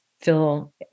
feel